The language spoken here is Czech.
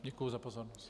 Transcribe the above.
Děkuji za pozornost.